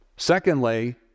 Secondly